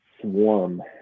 swarm